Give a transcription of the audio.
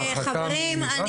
חברים,